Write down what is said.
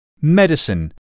medicine